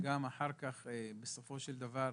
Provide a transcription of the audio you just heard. וגם בסופו של דבר,